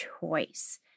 choice